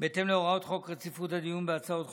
בהתאם להוראות חוק רציפות הדיון בהצעות חוק,